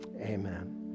amen